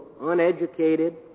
uneducated